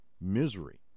misery